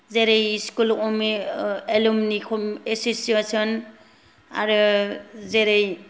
जेरै स्कुल अमे alumni association आरो जेरै